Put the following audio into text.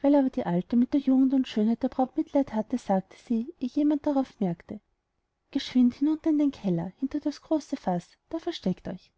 weil aber die alte mit der jugend und schönheit der braut mitleid hatte sagte sie eh jemand darauf merkte geschwind hinunter in den keller hinter das große faß da versteckt euch